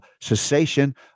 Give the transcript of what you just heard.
cessation